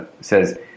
says